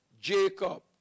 Jacob